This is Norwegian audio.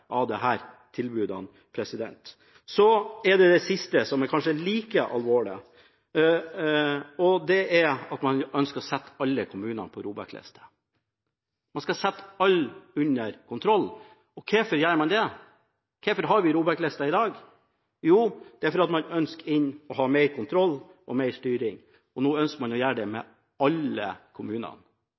av disse tilbudene. Så til noe som kanskje er like alvorlig. Det er at man ønsker å sette alle kommuner på ROBEK-lista – man skal sette alle under kontroll. Hvorfor gjør man det? Hvorfor har vi ROBEK-lista i dag? Det er fordi man ønsker å ha mer kontroll og mer styring. Nå ønsker man å gjøre det med alle kommunene.